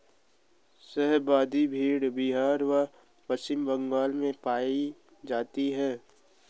शाहाबादी भेड़ बिहार व पश्चिम बंगाल में पाई जाती हैं